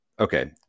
Okay